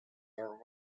are